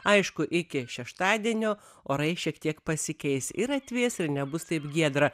aišku iki šeštadienio orai šiek tiek pasikeis ir atvės ir nebus taip giedra